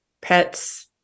Pets